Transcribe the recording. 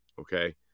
Okay